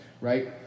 right